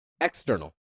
External